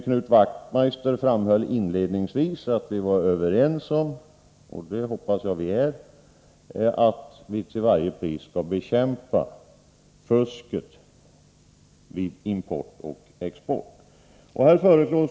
Knut Wachtmeister framhöll inledningsvis att vi är överens om — och det hoppas jag att vi är — att vi till varje pris skall bekämpa fusket vid import och export.